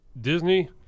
Disney